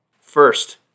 First